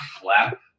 flap